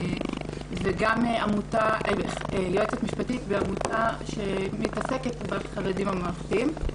וגם יועצת משפטית בעמותה שמתעסקת בחרדים הממלכתיים.